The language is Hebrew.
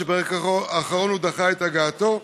שברגע האחרון דחה את הגעתו,